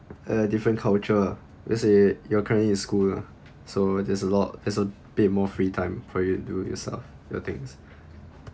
a different culture lah let's say you're currently in school lah so there's a lot there's a bit more free time for you to do yourself your things